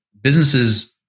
businesses